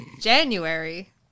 January